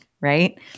right